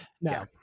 no